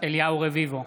אליהו רביבו,